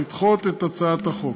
לדחות את הצעת החוק.